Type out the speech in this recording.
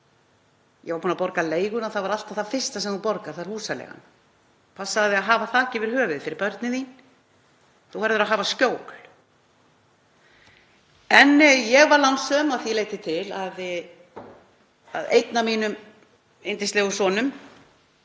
Ég var búin að borga leiguna, það er alltaf það fyrsta sem þú borgar, það er húsaleigan. Passaðu að hafa þak yfir höfuðið fyrir börnin þín. Þú verður að hafa skjól. En ég var lánsöm að því leyti til að einn af mínum yndislegu sonum